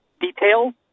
details